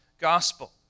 gospel